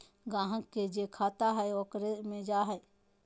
ग्राहक के जे खाता हइ ओकरे मे जा हइ